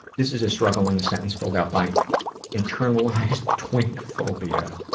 this is a struggle in a sentence filled out by internalized twinkphobia.